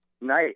night